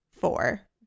four